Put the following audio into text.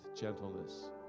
gentleness